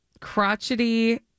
crotchety